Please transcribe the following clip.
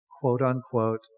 Quote-unquote